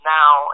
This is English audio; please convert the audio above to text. now